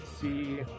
see